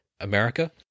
America